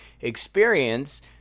experience